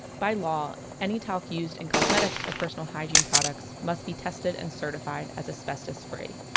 by law, any talc used in cosmetics or personal hygiene products must be tested and certified as asbestos free.